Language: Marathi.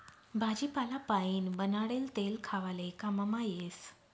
भाजीपाला पाइन बनाडेल तेल खावाले काममा येस